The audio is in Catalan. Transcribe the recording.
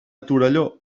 torelló